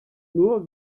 nur